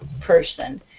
person